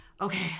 okay